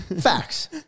Facts